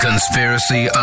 Conspiracy